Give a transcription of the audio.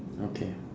okay